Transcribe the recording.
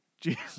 Jesus